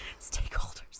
Stakeholders